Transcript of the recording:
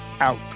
out